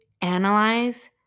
analyze